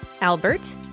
Albert